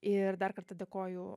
ir dar kartą dėkoju